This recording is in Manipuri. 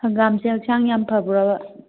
ꯍꯪꯒꯥꯝꯁꯦ ꯍꯛꯆꯥꯡ ꯌꯥꯝ ꯐꯕ꯭ꯔꯥꯕ